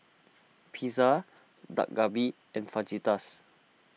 Pizza Dak Galbi and Fajitas